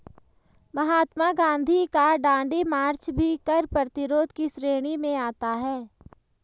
महात्मा गांधी का दांडी मार्च भी कर प्रतिरोध की श्रेणी में आता है